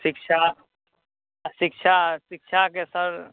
शिक्षा शिक्षा शिक्षाके सर